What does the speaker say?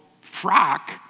frock